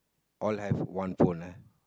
all have one phone ah